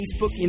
facebook